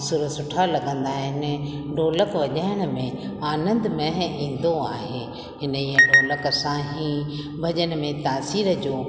सुर सुठा लॻंदा आहिनि ढोलकु वॼाइण में आनंदमय ईंदो आहे व हिन ई ढोलक सां ई भॼन में तासीर जो